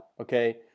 okay